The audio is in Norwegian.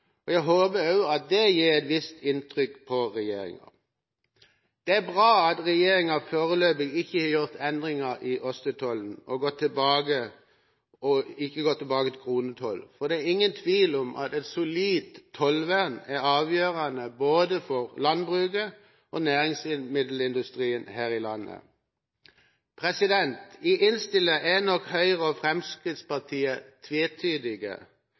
Jeg håper det gjør et visst inntrykk på regjeringen. Det er bra at regjeringen foreløpig ikke har gjort endringer i ostetollen og gått tilbake til kronetoll, for det er ingen tvil om at et solid tollvern er avgjørende for både landbruket og næringsmiddelindustrien her i landet. I innstillingen er nok Høyre og Fremskrittspartiet tvetydige,